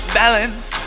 balance